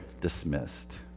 dismissed